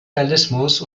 realismus